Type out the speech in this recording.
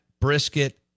brisket